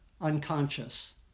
unconscious